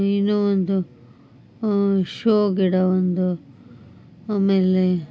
ಇನ್ನು ಒಂದು ಶೋ ಗಿಡ ಒಂದು ಆಮೇಲೆ